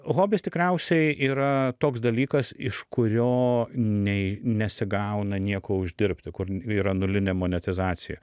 hobis tikriausiai yra toks dalykas iš kurio nei nesigauna nieko uždirbti kur yra nulinė monetizacija